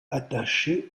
attaché